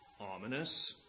ominous